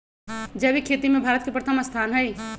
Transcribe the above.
जैविक खेती में भारत के प्रथम स्थान हई